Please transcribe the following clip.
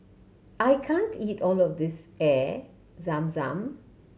I can't eat all of this Air Zam Zam